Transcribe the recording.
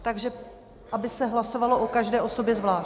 Takže aby se hlasovalo o každé osobě zvlášť.